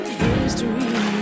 history